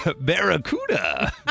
Barracuda